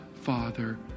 Father